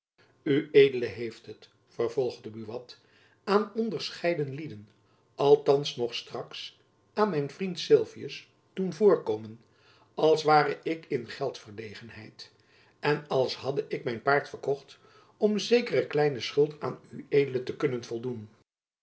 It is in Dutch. ued heeft het vervolgde buat aan onderscheiden lieden althands nog straks aan mijn vriend sylvius doen voorkomen als ware ik in geldverlegenheid en als hadde ik mijn paard verkocht om zekere kleine schuld aan ued te kunnen voldoen